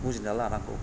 बुजिना लानांगौ